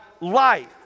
life